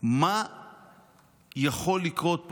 מה יכול לקרות פה.